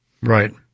Right